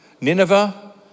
Nineveh